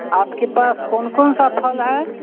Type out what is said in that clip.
आपके पास कौन कौन सा फल है